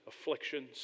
afflictions